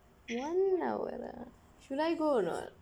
one hour lah should I go or not